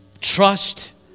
trust